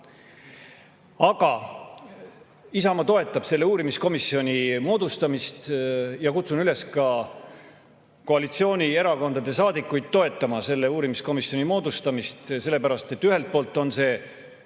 Isamaa toetab selle uurimiskomisjoni moodustamist ja kutsun üles ka koalitsioonierakondade saadikuid toetama selle uurimiskomisjoni moodustamist. Ühelt poolt on see